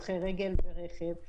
הולכי רגל ורכב,